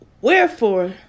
Wherefore